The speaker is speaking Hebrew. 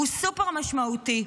היא סופר-משמעותית.